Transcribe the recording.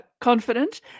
confident